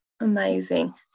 amazing